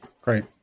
great